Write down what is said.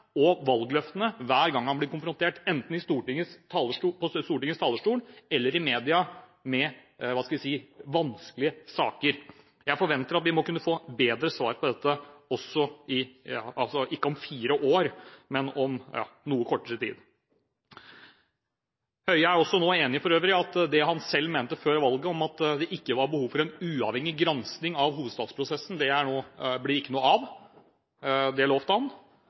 og valgløftene hver gang han blir konfrontert, enten på Stortingets talerstol eller i media, med vanskelige saker. Jeg forventer at vi får bedre svar på dette – ikke om fire år, men om noe kortere tid. Statsråd Høie er også nå for øvrig enig i at det han selv mente før valget om at det var behov for en uavhengig gransking av hovedstadsprosessen, ikke blir noe av. Det lovte han.